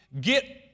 Get